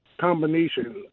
combination